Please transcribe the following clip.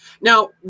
now